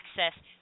access